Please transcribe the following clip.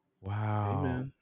wow